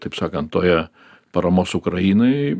taip sakant toje paramos ukrainai